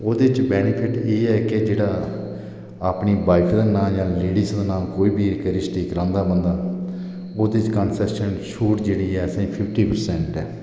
ओह्दे च बेनीफिट एह् ऐ कि जेह्ड़ा अपनी वाईफ दा नाम जां लेड़ीज़ दा नाम कोई बी रजिस्टरी करांदा बंदा ते ओह्दे च कनसैशन फीस जेह्ड़ी ऐ ओह् असेंगी फिफ्टी परसैंट ऐ